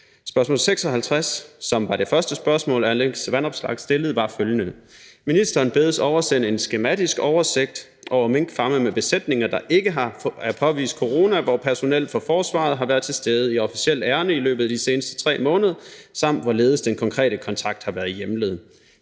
Spørgsmål 56 , som var det første spørgsmål, hr. Alex Vanopslagh stillede, var følgende: »Ministeren bedes oversende en skematisk oversigt over minkfarme med besætninger, hvor der ikke er påvist corona, hvor personel fra Forsvaret har været tilstede i officielt ærinde løbet af de seneste tre måneder, samt hvorledes den konkrete kontakt har været hjemlet?«